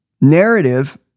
narrative